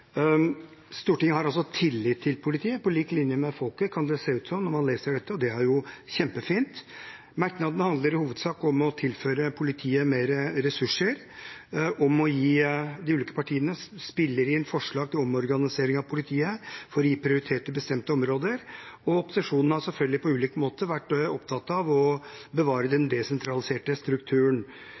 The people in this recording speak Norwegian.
Stortinget har altså tillit til politiet – på linje med folket, kan det se ut som når man leser dette – og det er jo kjempefint. Merknadene handler i hovedsak om å tilføre politiet mer ressurser, de ulike partiene spiller inn forslag til omorganisering av politiet for å gi prioritet til bestemte områder, og opposisjonen har selvfølgelig på ulike måter vært opptatt av å bevare den desentraliserte strukturen,